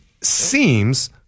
seems